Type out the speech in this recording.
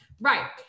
Right